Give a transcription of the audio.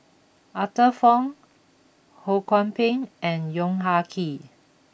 Arthur Fong Ho Kwon Ping and Yong Ah Kee